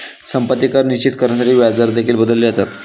संपत्ती कर निश्चित करण्यासाठी व्याजदर देखील बदलले जातात